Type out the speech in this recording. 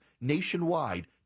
nationwide